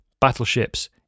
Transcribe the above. battleships